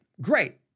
great